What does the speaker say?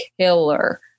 killer